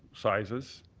sizes.